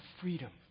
freedom